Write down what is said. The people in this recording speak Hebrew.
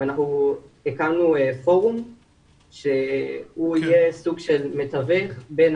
ואנחנו הקמנו פורום שהוא יהיה סוג של מתווך בין